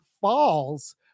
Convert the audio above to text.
falls